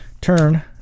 Turn